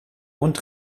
und